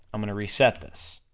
i'm gonna reset this,